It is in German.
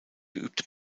geübte